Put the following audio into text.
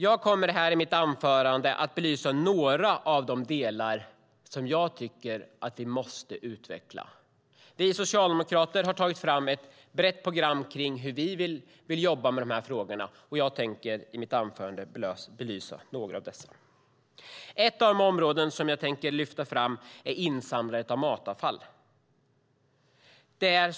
Jag ska i mitt anförande belysa några delar som jag tycker att vi måste utveckla. Vi socialdemokrater har tagit fram ett brett program för hur vi vill jobba med dessa frågor, och jag kommer att belysa några av dessa. Ett av de områden som jag ska lyfta fram är insamlandet av matavfall.